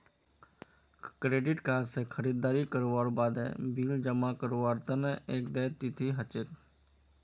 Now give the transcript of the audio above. credit card स खरीददारी करवार बादे बिल जमा करवार तना एक देय तिथि ह छेक